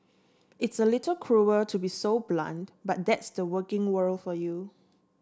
it's a little cruel to be so blunt but that's the working world for you